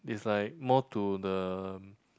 it's like more to the